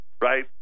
right